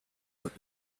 that